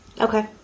Okay